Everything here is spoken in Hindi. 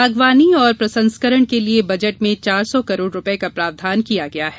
बागवानी और प्रसंस्करण के लिए बजट में चार सौ करोड़ रुपये का प्रावधान किया गया है